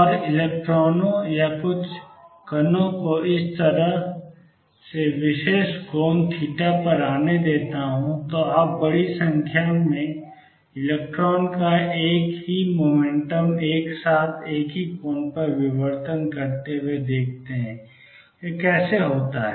और इलेक्ट्रॉनों या कुछ कणों को इस तरफ से विशेष कोण थीटा पर आने देता हूं तो आप बड़ी संख्या में इलेक्ट्रॉन को एक ही मोमेंटम के साथ एक ही कोण पर विवर्तन करते हुए देखते हैं यह कैसे होता है